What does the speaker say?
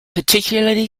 particularly